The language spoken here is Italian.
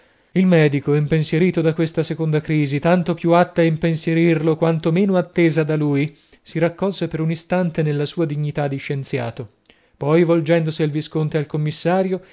il medico impensierito da questa seconda crisi tanto più atta a impensierirlo quanto meno attesa da lui si raccolse per un istante nella sua dignità di scienziato poi volgendosi al visconte ed al commissario